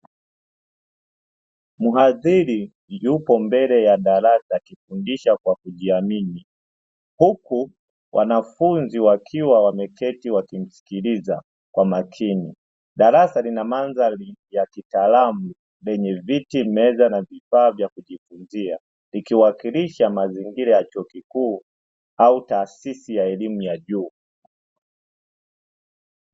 Muhadhiri yupo mbele ya darasa akifundisha kwa kujiamini huku wanafunzi wakiwa wameketi wakimsikiliza kwa makini, darasa lina mandhari ya kitaalam yenye viti, meza na vifaa vya kujifunzia; vikiwakilisha mazingira ya chuo kikuu au taasisi ya elimu ya juu.